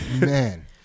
Man